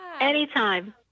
Anytime